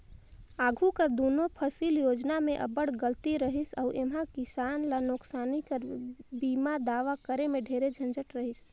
आघु कर दुनो फसिल योजना में अब्बड़ गलती रहिस अउ एम्हां किसान ल नोसकानी कर बीमा दावा करे में ढेरे झंझट रहिस